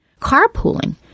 Carpooling